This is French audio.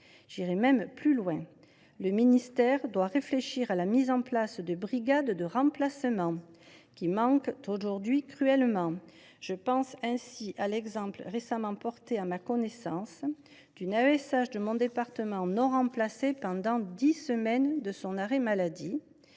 J’irai même plus loin : le ministère doit réfléchir à la mise en place de brigades de remplacement, qui manquent aujourd’hui cruellement. Je pense ainsi à l’exemple récemment porté à ma connaissance d’une AESH de mon département non remplacée pendant les dix semaines de son arrêt maladie.